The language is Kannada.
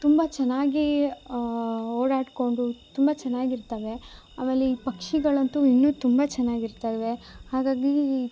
ತುಂಬ ಚೆನ್ನಾಗಿ ಓಡಾಡ್ಕೊಂಡು ತುಂಬ ಚೆನ್ನಾಗಿರ್ತವೆ ಆಮೇಲೆ ಈ ಪಕ್ಷಿಗಳಂತೂ ಇನ್ನು ತುಂಬ ಚೆನ್ನಾಗಿರ್ತವೆ ಹಾಗಾಗಿ